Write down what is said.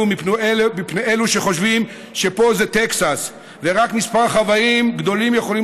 מפני אלו שחושבים שפה זה טקסס ושרק כמה חוואים גדולים יכולים